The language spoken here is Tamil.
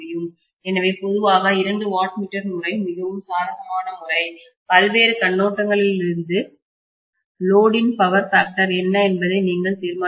எனவே பொதுவாக இரண்டு வாட் மீட்டர் முறை மிகவும் சாதகமான முறை பல்வேறு கண்ணோட்டங்களிலிருந்து லோடின் பவர் ஃபேக்டர் என்ன என்பதை நீங்கள் தீர்மானிக்க முடியும்